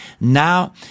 Now